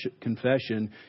confession